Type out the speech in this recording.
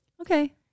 Okay